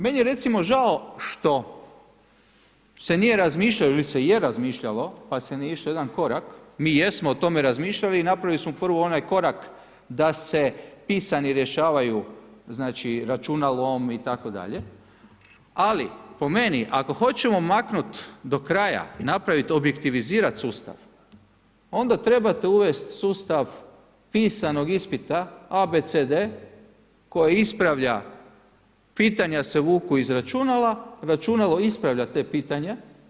Meni je recimo žao što se nije razmišljalo ili se je razmišljalo pa se nije išlo na jedan korak, mi jesmo o tome razmišljali i napravili smo prvo onaj korak da se pisani rješavaju znači računalom itd., ali po meni ako hoćemo maknuti do kraja i napraviti, objektivizirati sustav onda trebate uvesti sustav pisanog ispita a, b, c, d koje ispravlja, pitanja se vuku iz računala, računalo ispravlja ta pitanja.